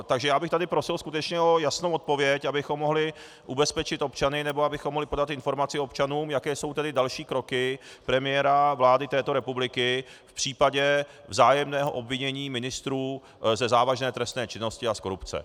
Takže já bych tady prosil skutečně o jasnou odpověď, abychom mohli ubezpečit občany nebo podat informaci občanům, jaké jsou další kroky premiéra vlády této republiky v případě vzájemného obvinění ministrů ze závažné trestné činnosti a z korupce.